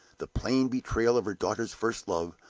the plain betrayal of her daughter's first love,